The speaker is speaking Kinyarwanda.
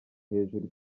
hejuru